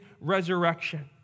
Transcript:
resurrection